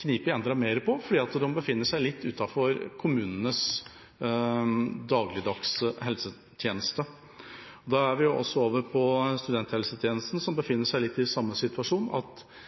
knepet enda mer igjen på, fordi de befinner seg litt utenfor kommunenes dagligdagse helsetjeneste. Dermed er vi over på studenthelsetjenesten, som befinner seg litt i samme situasjon, ved at